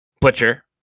Butcher